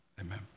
amen